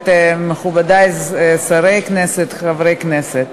מכובדי השרים, חברי הכנסת,